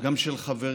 גם של חברים,